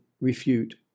refute